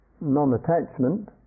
non-attachment